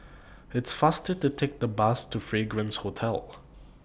It's faster to Take The Bus to Fragrance Hotel